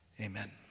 Amen